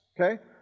okay